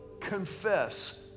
confess